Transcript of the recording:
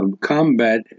combat